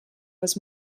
was